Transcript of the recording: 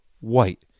white